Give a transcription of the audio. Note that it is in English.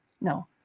no